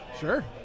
Sure